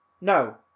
no